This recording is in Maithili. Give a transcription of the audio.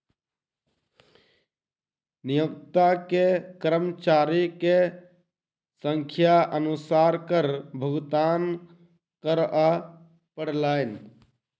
नियोक्ता के कर्मचारी के संख्या अनुसार कर भुगतान करअ पड़लैन